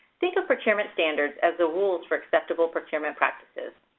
think of procurement standards as the rules for acceptable procurement practices.